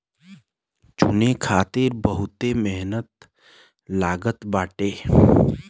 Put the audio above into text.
चुने खातिर बहुते मेहनत लागत बाटे